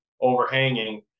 overhanging